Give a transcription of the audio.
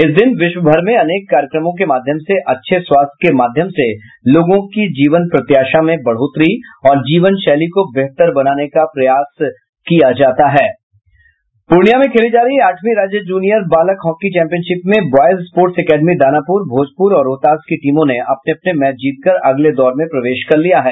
इस दिन विश्वभर में अनेक कार्यक्रमों के माध्यम से अच्छे स्वास्थ्य के माध्यम से लोगों की जीवन प्रत्याशा में बढ़ोतरी और जीवनशैली को बेहतर बनाने का प्रयास किये जाते हैं पूर्णिया में खेली जा रही आठवीं राज्य जूनियर बालक हॉकी चैंपियनशिप में boys sports academy Danapur Bhojpur और रोहतास की टीमों ने अपने अपने मैच जीतकर अगले दौर में प्रवेश कर लिया है